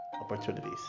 opportunities